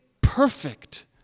perfect